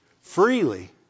freely